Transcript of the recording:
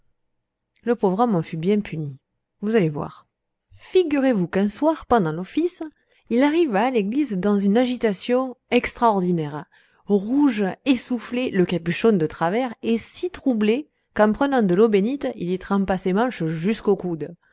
le pauvre homme en fut bien puni vous allez voir figurez-vous qu'un soir pendant l'office il arriva à l'église dans une agitation extraordinaire rouge essoufflé le capuchon de travers et si troublé qu'en prenant de l'eau bénite il y trempa ses manches jusqu'au coude